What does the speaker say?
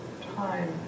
time